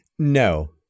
No